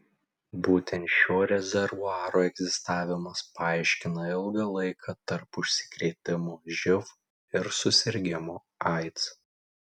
būtent šio rezervuaro egzistavimas paaiškina ilgą laiką tarp užsikrėtimo živ ir susirgimo aids